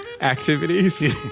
activities